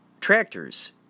tractors